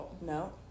No